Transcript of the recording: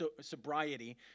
sobriety